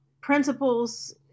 principles